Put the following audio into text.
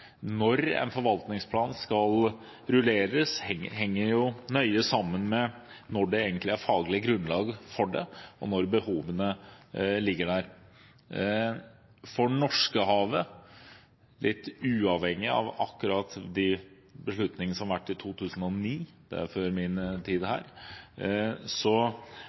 Når en forvaltningsplan skal rulleres, henger jo nøye sammen med når det egentlig er et faglig grunnlag for det, og når behovene ligger der. For Norskehavet – litt uavhengig av akkurat de beslutningene som ble gjort i 2009, det var før min tid her